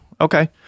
okay